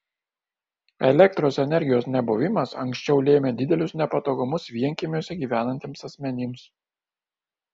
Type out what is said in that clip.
elektros energijos nebuvimas anksčiau lėmė didelius nepatogumus vienkiemiuose gyvenantiems asmenims